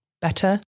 better